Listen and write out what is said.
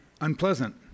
unpleasant